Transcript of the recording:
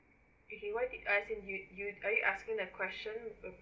okay why did uh since you you are you asking a question